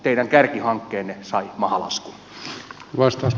teidän kärkihankkeenne sai mahalaskun